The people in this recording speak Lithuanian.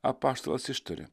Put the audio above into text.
apaštalas ištarė